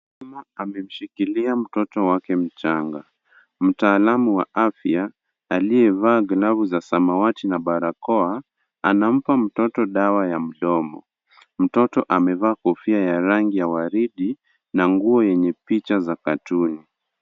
Mama amemshikilia mtoto wake mchanga, Mtaalamu wa afya aliyevaa glovu za samawati na barakoa ,anampa mtoto dawa ya mdomo .Mtoto amevaa kofia ya rangi ya waridi na nguo yenye picha za katuni.